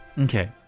Okay